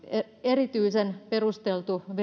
erityisen perusteltu